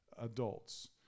adults